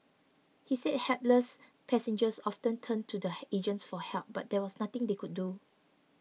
he said hapless passengers often turned to the agents for help but there was nothing they could do